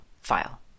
file